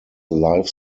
life